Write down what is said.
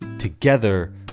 Together